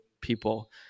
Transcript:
people